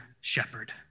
shepherd